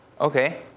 Okay